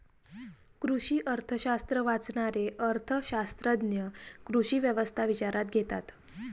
कृषी अर्थशास्त्र वाचणारे अर्थ शास्त्रज्ञ कृषी व्यवस्था विचारात घेतात